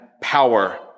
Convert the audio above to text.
power